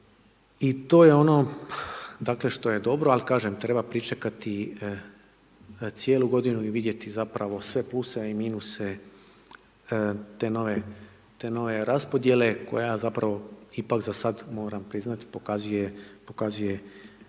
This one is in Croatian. i to je ono dakle što je dobro, ali kažem, treba pričekati cijelu godinu i vidjeti zapravo sve pluseve i minuse te nove raspodjele koja zapravo ipak za sad moram priznati, pokazuje